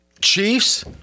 Chiefs